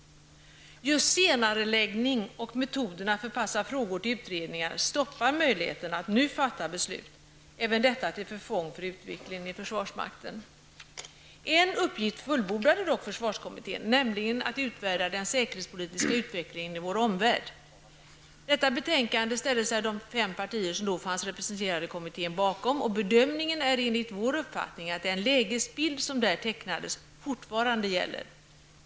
Just senareläggning och metoden att förpassa frågor till utredningar gör det omöjligt att nu fatta beslut. Även detta är till förfång för utvecklingen i försvarsmakten. En uppgift fullbordade dock försvarskommittén. Den utvärderade den säkerhetspolitiska utvecklingen i vår omvärld. Detta betänkande ställde sig de fem partier bakom som då fanns representerade i kommittén, och enligt vår uppfattning är den lägesbild som där tecknades fortfarande aktuell.